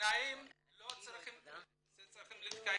התנאים צריכים להתקיים,